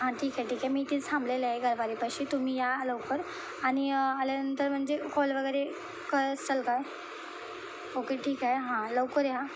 हां ठीक आहे ठीक आहे मी इथेच थांबलेले आहे गरवारेपाशी तुम्ही या लवकर आणि आल्यानंतर म्हणजे कॉल वगैरे करसाल काय ओके ठीक आहे हां लवकर या